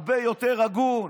הרבה יותר הגון.